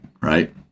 right